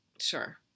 Sure